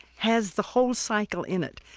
has the whole cycle in it.